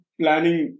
planning